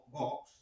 box